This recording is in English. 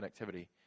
connectivity